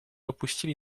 opuścili